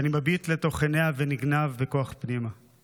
/ ואני מביט לתוך עיניה ונגנב בכוח פנימה /